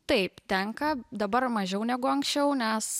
taip tenka dabar mažiau negu anksčiau nes